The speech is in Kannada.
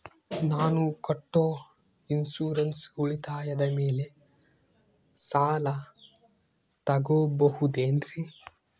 ನಾನು ಕಟ್ಟೊ ಇನ್ಸೂರೆನ್ಸ್ ಉಳಿತಾಯದ ಮೇಲೆ ಸಾಲ ತಗೋಬಹುದೇನ್ರಿ?